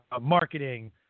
marketing